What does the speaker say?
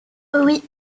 oui